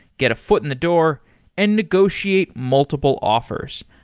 get a foot in the door and negotiate multiple offers.